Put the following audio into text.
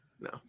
no